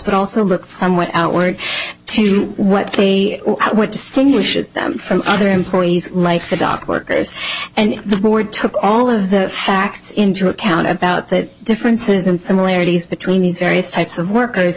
but also look somewhat outward to what what distinguishes them from other employees life the dock workers and the board took all of the facts into account about the differences and similarities between these various types of workers